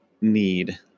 need